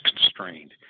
constrained